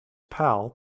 pal